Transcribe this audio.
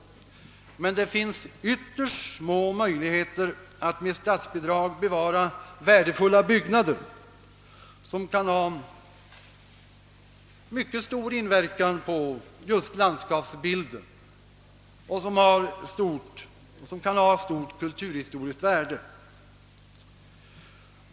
Men det finns ytterst små möjligheter att med statsbidrag bevara värdefulla byggnader, som kan ha mycket stor inverkan på just landskapsbilden och som kan äga stort kulturhistoriskt värde.